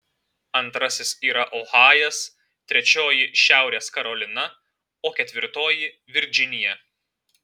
antrasis yra ohajas trečioji šiaurės karolina o ketvirtoji virdžinija